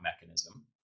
mechanism